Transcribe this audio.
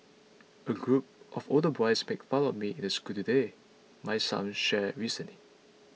a group of older boys make fun of me in the school today my son shared recently